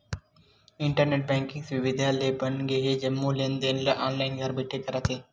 internet banking सुबिधा ले मनखे ह जम्मो लेन देन ल ऑनलाईन घर बइठे करत हे